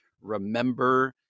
Remember